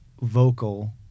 vocal